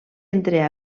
entre